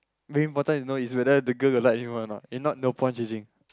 very important to know is whether the girl got like anyone or not if not no point chasing